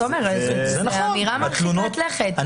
תומר, זאת אמירה מרחיקת לכת.